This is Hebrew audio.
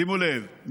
שימו לב,